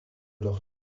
leur